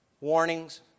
Warnings